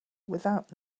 without